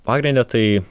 pagrinde tai